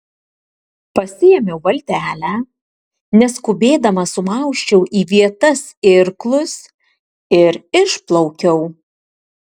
pasiėmiau valtelę neskubėdama sumausčiau į vietas irklus ir išplaukiau